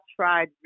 tried